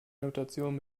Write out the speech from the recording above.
notation